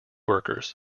workers